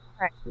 right